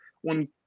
one